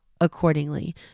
accordingly